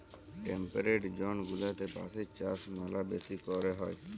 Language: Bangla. টেম্পেরেট জন গুলাতে বাঁশের চাষ ম্যালা বেশি ক্যরে হ্যয়